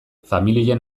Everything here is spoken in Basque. familien